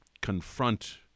confront